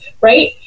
right